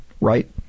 Right